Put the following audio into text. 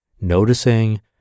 noticing